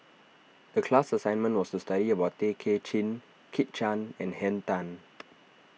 the class assignment was to study about Tay Kay Chin Kit Chan and Henn Tan